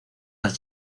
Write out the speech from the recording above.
las